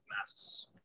masks